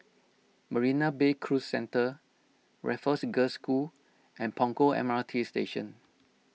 Marina Bay Cruise Centre Raffles Girls' School and Punggol M R T Station